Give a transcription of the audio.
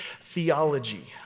theology